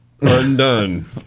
undone